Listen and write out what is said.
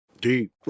deep